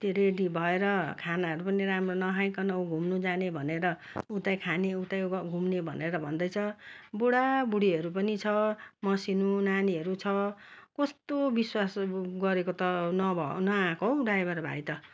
त्यो रेडी भएर खानाहरू पनि राम्रो नखाइकन ऊ घुम्नु जाने भनेर उतै खाने उतै ग घुम्ने भनेर भन्दै छ बुढाबुढीहरू पनि छ मसिनो नानीहरू छ कस्तो विश्वास गरेको त नभए नआएको ड्राइभर भाइ त